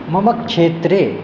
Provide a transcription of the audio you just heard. मम क्षेत्रे